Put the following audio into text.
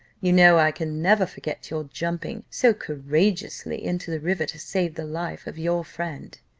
you know i can never forget your jumping so courageously into the river, to save the life of your friend.